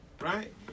right